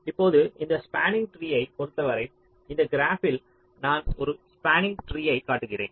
இப்போது இந்த ஸ்பாண்ணிங் ட்ரீயை பொறுத்தவரை இந்த கிராப்பில் நான் ஒரு ஸ்பாண்ணிங் ட்ரீயை காட்டுகிறேன்